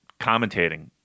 commentating